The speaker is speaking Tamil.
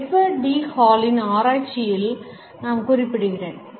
எட்வர்ட் டி ஹாலின் ஆராய்ச்சிகளை நான் குறிப்பிடுவேன்